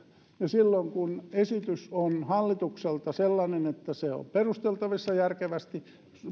ja silloin kun esitys hallitukselta on sellainen että se on perusteltavissa järkevästi